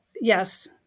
Yes